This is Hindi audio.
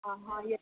हाँ हाँ यस